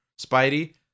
Spidey